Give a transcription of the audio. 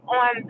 on